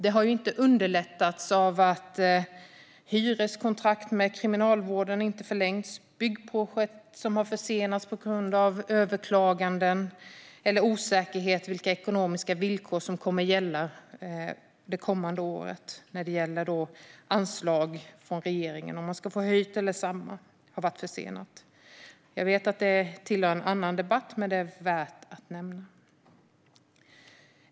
Det har inte underlättats av att hyreskontrakt med Kriminalvården inte förlängs och byggprojekt försenas på grund av överklaganden eller av osäkerhet om vilka ekonomiska villkor som kommer att gälla det kommande året när det gäller anslag från regeringen - om man ska få höjt eller samma. Det har varit försenat. Jag vet att det tillhör en annan debatt, men det är värt att nämna.